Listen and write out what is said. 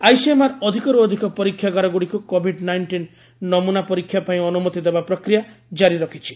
ICMR ଅଧିକରୁ ଅଧିକ ପରୀକ୍ଷାଗାରଗୁଡ଼ିକୁ କୋଭିଡ୍ ନାଇଷ୍ଟିନ୍ ନମୁନା ପରୀକ୍ଷା ପାଇଁ ଅନୁମତି ଦେବା ପ୍ରକ୍ରିୟା କାରି ରଖିଛି